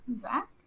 Zach